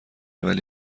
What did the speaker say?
ولی